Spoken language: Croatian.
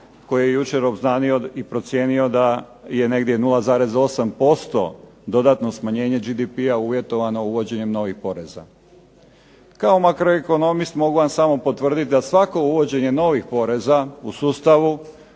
koji je jučer obznanio i procijenio da je negdje 0,8% dodatno smanjenje GDP-a uvjetovano uvođenjem novih poreza. Kao makroekonomist mogu vam samo potvrditi da svako uvođenje novih poreza u sustavu